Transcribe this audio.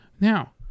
Now